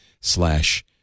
slash